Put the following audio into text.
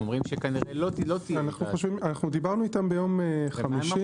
הם אומרים שכנראה לא תהיה --- אנחנו דיברנו איתם ביום חמישי,